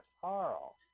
Carl